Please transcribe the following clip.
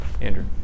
Andrew